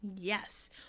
Yes